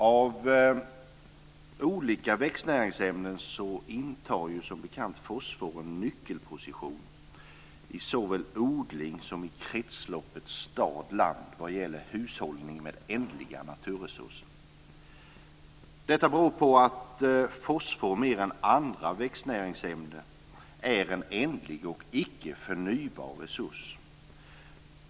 Av olika växtnäringsämnen intar som bekant fosfor en nyckelposition såväl i odling som i kretsloppet stad-land vad gäller hushållning med ändliga naturresurser. Detta beror på att fosfor mer än andra växtnäringsämnen är en ändlig och icke förnybar resurs.